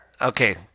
Okay